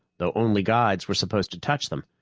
though only guides were supposed to touch them,